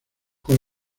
con